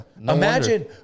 imagine